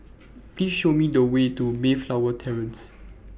Please Show Me The Way to Mayflower Terrace